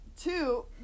two